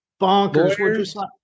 bonkers